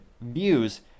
views